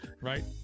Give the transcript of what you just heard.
right